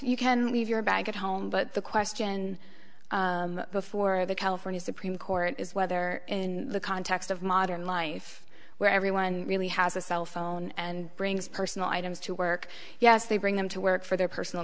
you can leave your bag at home but the question before the california supreme court is whether in the context of modern life where everyone really has a cell phone and brings personal items to work yes they bring them to work for their personal